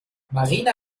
marina